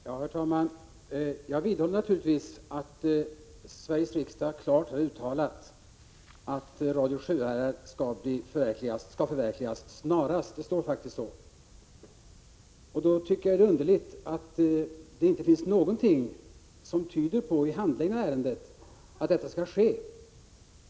Herr talman! Jag vidhåller naturligtvis att Sveriges riksdag klart har uttalat att ett självständigt Radio Sjuhärad snarast skall förverkligas. Det står faktiskt att läsa. Mot den bakgrunden är det enligt min mening underligt att det inte finns någonting i handläggningen av ärendet som tyder på att så skall ske.